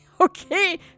Okay